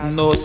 no